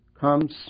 comes